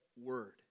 word